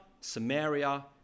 Samaria